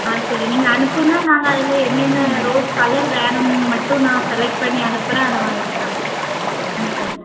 ஆ சரி நீங்கள் அனுப்புங்கள் நாங்கள் அதில் என்னென்ன ரோஸ் கலர் வேணும்னு மட்டும் நான் செலெக்ட் பண்ணி அனுப்புகிறேன் அதை எடுத்துதாங்க அனுப்புங்கள்